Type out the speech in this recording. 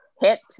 hit